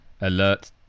alert